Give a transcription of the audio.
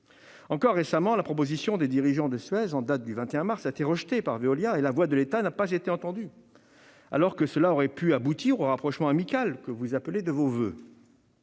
Encore récemment, la proposition des dirigeants de Suez en date du 21 mars dernier a été rejetée par Veolia et la voix de l'État n'a pas été entendue, alors que cela aurait pu aboutir au rapprochement amical que vous appelez de vos voeux.